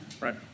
right